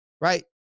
right